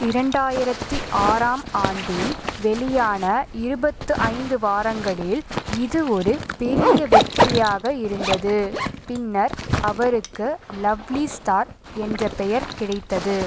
இரண்டாயிரத்தி ஆறாம் ஆண்டில் வெளியான இருபத்து ஐந்து வாரங்களில் இது ஒரு பெரிய வெற்றியாக இருந்தது பின்னர் அவருக்கு லவ்லி ஸ்டார் என்ற பெயர் கிடைத்தது